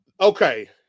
Okay